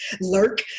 lurk